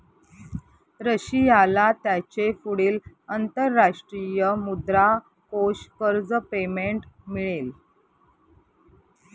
रशियाला त्याचे पुढील अंतरराष्ट्रीय मुद्रा कोष कर्ज पेमेंट मिळेल